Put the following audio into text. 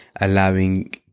allowing